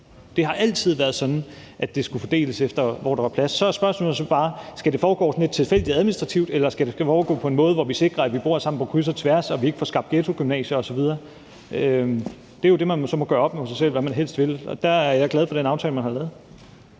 Det har altid været sådan, at det skulle fordeles efter, hvor der var plads. Så er spørgsmålet bare: Skal det foregå på sådan en lidt tilfældig administrativ måde, eller skal det foregå på en måde, hvor vi sikrer, at vi bor sammen på kryds og tværs, og at vi ikke får skabt ghettogymnasier osv.? Det er jo det, man så må gøre op med sig selv – hvad vil man helst? – og der er jeg glad for den aftale, man har lavet.